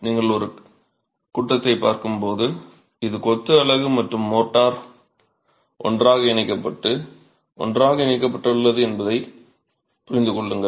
நீங்கள் ஒரு கூட்டத்தைப் பார்க்கும்போது இது கொத்து அலகு மற்றும் மோர்ட்டார் ஒன்றாக இணைக்கப்பட்டு ஒன்றாக இணைக்கப்பட்டுள்ளது என்பதை புரிந்து கொள்ளுங்கள்